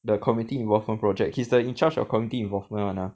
the community involvement project he's the in charge of community involvement [one] lah